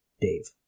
Dave